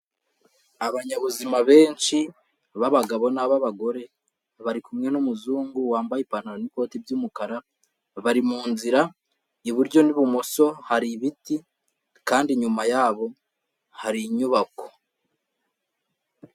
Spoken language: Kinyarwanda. Abanyabuzima benshi b'abagabo n'ab'abagore, bari kumwe n'umuzungu wambaye ipantaro n'ikoti by'umukara, bari mu nzira, iburyo n'ibumoso hari ibiti kandi inyuma yabo hari inyubako.